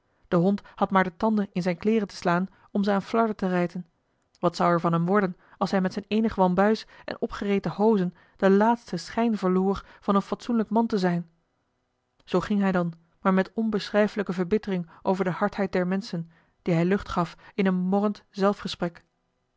de hond had maar de tanden in zijne kleêren te slaan om ze aan flarden te rijten wat zou er van hem worden als hij met zijn eenig wambuis en opgereten hozen den laatsten schijn verloor van een fatsoenlijk man te zijn zoo ging hij dan maar met onbeschrijfelijke verbittering over de hardheid der menschen die hij lucht gaf in een morrend